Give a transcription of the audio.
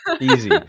easy